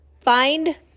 find